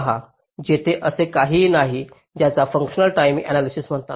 तर फक्त तुम्ही पहा येथे असे काहीतरी आहे ज्याला फंक्शनल टाइमिंग एनालिसिस म्हणतात